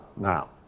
now